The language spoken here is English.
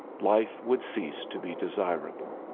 life would cease to be desirable.